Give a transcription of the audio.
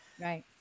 Right